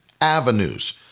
avenues